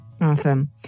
Awesome